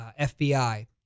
FBI